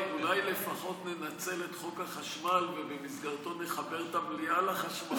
אולי לפחות ננצל את חוק החשמל ובמסגרתו נחבר את המליאה לחשמל.